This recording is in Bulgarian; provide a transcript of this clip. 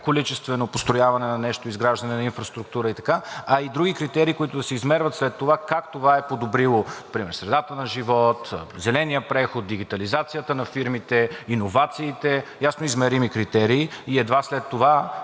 количествено построяване на нещо, изграждане на инфраструктура, а и други критерии, с които да се измерва след това как това е подобрило примерно средата на живот, зеленият преход, дигитализацията на фирмите, иновациите – ясно измерими критерии, и едва след това